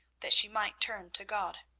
that she might turn to god.